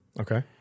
Okay